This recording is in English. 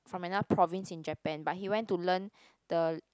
from another province in Japan but he went to learn the